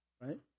Right